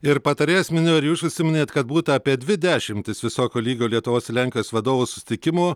ir patarėjas minėjo ir jūs užsiminėte kad būta apie dvi dešimtis visokio lygio lietuvos lenkijos vadovų susitikimų